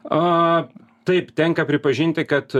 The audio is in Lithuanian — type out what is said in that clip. a taip tenka pripažinti kad